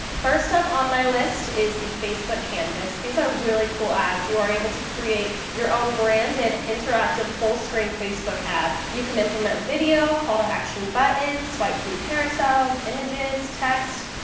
first up on my list is the facebook canvas. these are really cool ads. you are able to create your own branded interactive fullscreen facebook ad. you can implement video, call to action buttons, swipe through carousels, images text,